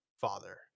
father